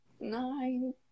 nine